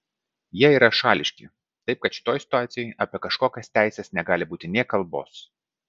jie yra šališki taip kad šitoj situacijoj apie kažkokias teises negali būti nė kalbos